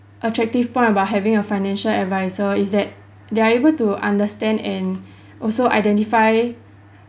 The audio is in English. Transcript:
attractive point about having a financial advisor is that they are able to understand and also identify